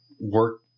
work